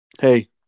hey